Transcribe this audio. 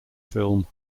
film